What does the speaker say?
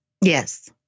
Yes